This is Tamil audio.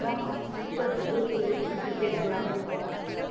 அதுதான் ஃப்ரிட்ஜில் வந்து எல்ஜி ஃப்ரிட்ஜி எடுக்கலாம்னு இருக்கோம்